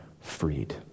freed